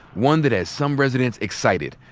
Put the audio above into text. one that has some residents excited.